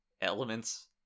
elements